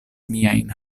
miajn